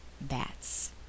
bats